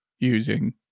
using